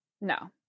No